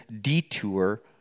detour